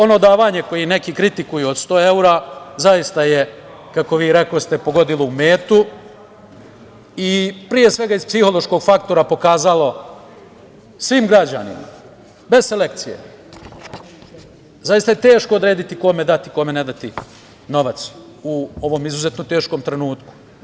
Ono davanje koje neki kritikuju, od 100 evra, zaista je kako vi rekoste, pogodilo u metu pre svega iz psihološkog faktora je pokazalo svim građanima, bez selekcije, zaista je teško odrediti kome dati, kome ne dati novac u ovom izuzetnom teškom trenutku.